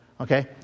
okay